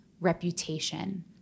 reputation